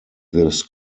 this